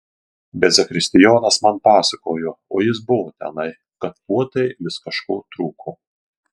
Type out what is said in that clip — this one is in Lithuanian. bet zakristijonas man pasakojo o jis buvo tenai kad puotai vis kažko trūko